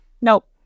Nope